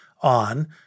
on